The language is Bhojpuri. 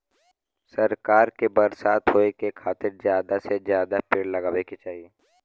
सरकार के बरसात होए के खातिर जादा से जादा पेड़ लगावे के चाही